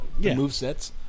movesets